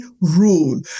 rule